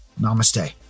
Namaste